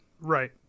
Right